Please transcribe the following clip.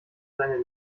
seine